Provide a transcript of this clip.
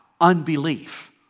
Unbelief